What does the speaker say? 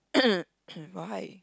why